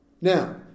Now